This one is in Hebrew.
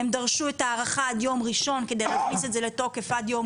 הם דרשו את ההארכה עד ליום ראשון על מנת להכניס את זה לתוקף עד יום